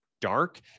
dark